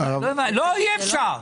לא יהיה אפשר.